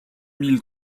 mille